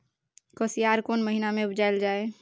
कोसयार कोन महिना मे उपजायल जाय?